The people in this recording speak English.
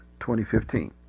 2015